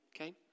okay